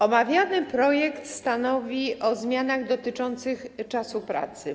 Omawiany projekt stanowi o zmianach dotyczących czasu pracy.